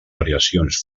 variacions